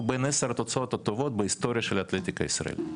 הוא בין עשר התוצאות הטובות בהיסטוריה של האתלטיקה ישראלית.